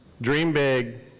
dream big,